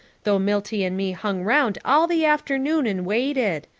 though milty and me hung round all the afternoon and waited.